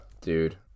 dude